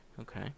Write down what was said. Okay